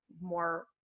more